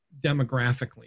demographically